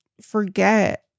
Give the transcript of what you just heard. forget